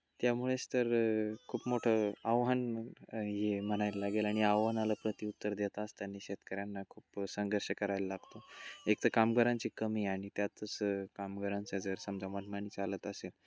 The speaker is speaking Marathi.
त्यामुळेच तर खूप मोठं आव्हान हे म्हणायला लागेल आणि आव्हानाला प्रती उत्तर देत असताना शेतकऱ्यांना खूप संघर्ष करायला लागतो एक तर कामगारांची कमी आणि त्यातच कामगारांचं जर समजा मनमानी चालत असेल